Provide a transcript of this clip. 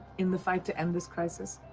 in the fight to end this crisis,